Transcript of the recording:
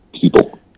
people